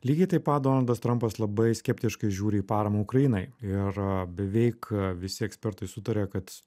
lygiai taip pat donaldas trampas labai skeptiškai žiūri į paramą ukrainai ir beveik visi ekspertai sutaria kad